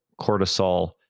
cortisol